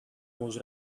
was